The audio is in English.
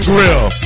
Grill